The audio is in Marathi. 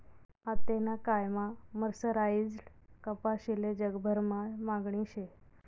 आतेना कायमा मर्सराईज्ड कपाशीले जगभरमा मागणी शे